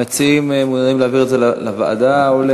המציעים מעוניינים להעביר את זה לוועדה או,